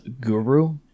guru